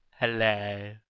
Hello